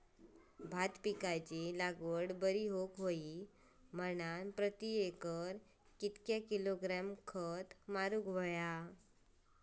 भात पिकाची लागवड बरी होऊक होई म्हणान प्रति एकर किती किलोग्रॅम खत मारुक होया?